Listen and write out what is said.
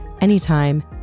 anytime